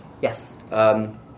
Yes